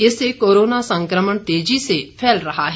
इससे कोरोना संक्रमण तेजी से फैल रहा है